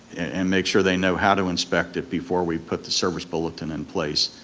and make sure they know how to inspect it before we put the service bulletin in place,